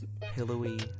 pillowy